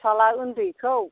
फिसाला ओन्दैखौ